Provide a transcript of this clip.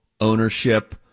ownership